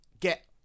get